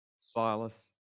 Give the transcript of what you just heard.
Silas